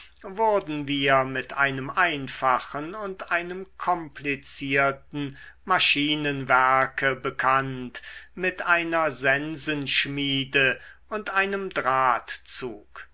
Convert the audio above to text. wurden wir mit einem einfachen und einem komplizierten maschinenwerke bekannt mit einer sensenschmiede und einem drahtzug